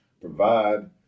provide